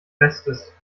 bestes